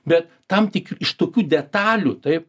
bet tam tik iš tokių detalių taip